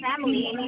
family